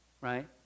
Right